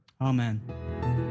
Amen